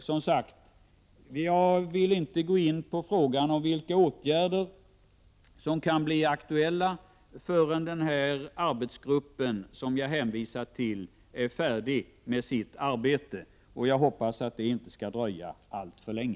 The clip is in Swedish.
Som sagt: Jag vill inte gå in på frågan om vilka åtgärder som kan bli aktuella, förrän den arbetsgrupp som jag har hänvisat till är färdig med sitt arbete. Jag hoppas att det inte skall dröja alltför länge.